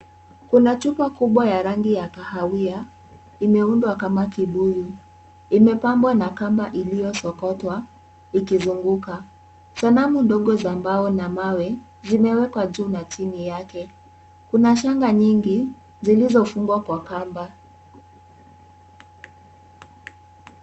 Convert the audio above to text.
Kuna chupa kubwa ya rangi ya kahawia, imeundwa kama kibuyu. Imepambwa na kamba iliyosokotwa, ikizunguka. Sanamu ndogo za mbao na mawe, zimewekwa juu na chini yake. Kuna shanga nyingi, zilizofungwa kwa kamba.